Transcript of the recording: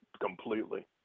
completely